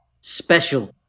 Special